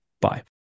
Bye